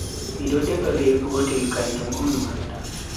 Mido defa be gotel kanjum on manda.